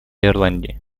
ирландии